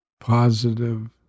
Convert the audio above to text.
positive